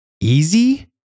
Easy